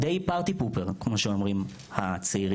דיי פרטי פופר כמו שאומרים הצעירים.